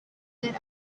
lit